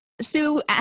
Sue